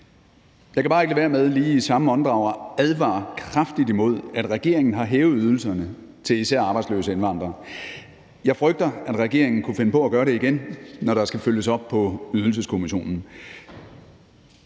lige i samme åndedrag at advare kraftigt imod, at regeringen har hævet ydelserne til især arbejdsløse indvandrere. Jeg frygter, at regeringen kunne finde på at gøre det igen, når der skal følges op på Ydelseskommissionen.